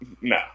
No